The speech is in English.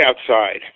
outside